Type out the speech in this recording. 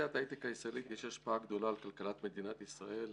לתעשיית ההיי-טק הישראלית יש השפעה גדולה על כלכלת מדינת ישראל,